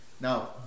Now